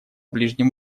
ближнем